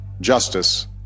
justice